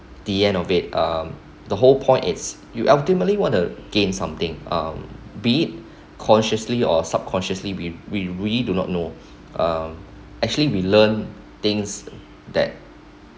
the end of it um the whole point it's you ultimately want to gain something um beat consciously or subconsciously we we really do not know uh actually we learn things that